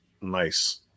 nice